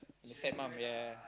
the fat mum yeah